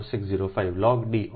4605 log d on r 2